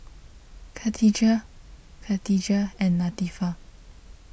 Khatijah Katijah and Latifa